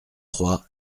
trois